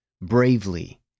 bravely